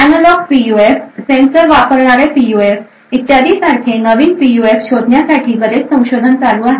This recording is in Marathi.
एनालॉग पीयूएफ सेन्सर वापरणारे पीयूएफ इत्यादीसारखे नवीन पीयूएफ शोधण्यासाठी बरेच संशोधन चालू आहे